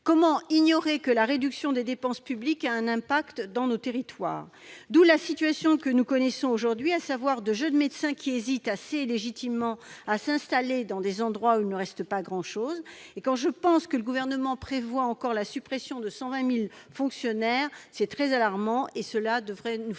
Comment ignorer que la réduction des dépenses publiques a un impact dans nos territoires ? D'où la situation que nous connaissons aujourd'hui : de jeunes médecins hésitent, assez légitimement, à s'installer dans des endroits où il ne reste plus grand-chose. Et dire que le Gouvernement prévoit encore la suppression de 120 000 fonctionnaires ... C'est très alarmant et cela devrait nous faire